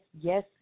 yes